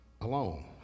alone